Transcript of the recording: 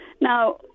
Now